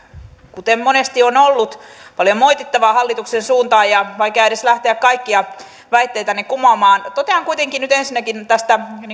kuten monesti on ollut paljon moitittavaa hallituksen suuntaan ja vaikea edes lähteä kaikkia väitteitänne kumoamaan totean kuitenkin nyt ensinnäkin tästä